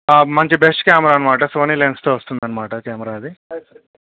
మంచి best camera అన్నమాట Sony లెన్స్తో వస్తుంది అన్నమాట కెమెరా అది